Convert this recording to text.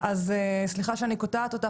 אז סליחה שאני קוטעת אותך,